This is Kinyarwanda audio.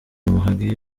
muhangi